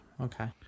Okay